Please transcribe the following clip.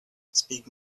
speak